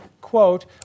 quote